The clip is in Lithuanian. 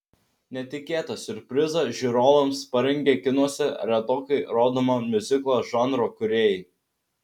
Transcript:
netikėtą siurprizą žiūrovams parengė kinuose retokai rodomo miuziklo žanro kūrėjai